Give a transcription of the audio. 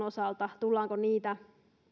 osalta tullaanko niitä